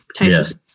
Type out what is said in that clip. Yes